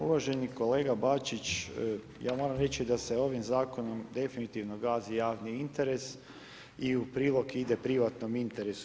Uvaženi kolega Bačić, ja moram reći da se ovim zakonom definitivno gazi javni interes i u prilog ide privatnom interesu.